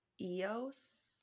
Eos